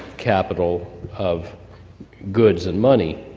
capital of goods and money.